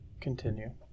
continue